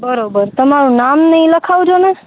બરોબર તમારું નામ અઇ લખાવજોને